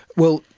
well,